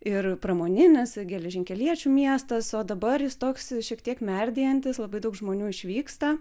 ir pramoninis geležinkeliečių miestas o dabar jis toks šiek tiek merdėjantis labai daug žmonių išvyksta